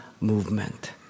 movement